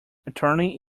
attorney